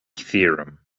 theorem